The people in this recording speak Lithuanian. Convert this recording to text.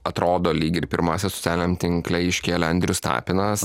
atrodo lyg ir pirmasis socialiniam tinkle iškėlė andrius tapinas